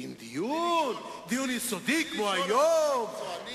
אם התקציב כאילו עבר,